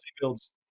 builds